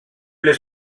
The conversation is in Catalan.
les